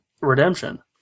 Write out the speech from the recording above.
Redemption